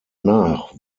nach